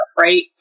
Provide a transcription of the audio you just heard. Right